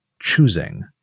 choosing